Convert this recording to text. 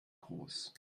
groß